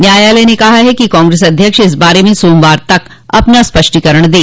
न्यायालय ने कहा है कि कांग्रेस अध्यक्ष इस बारे में सोमवार तक अपना स्पष्टीकरण दें